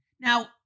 Now